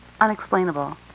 unexplainable